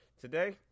Today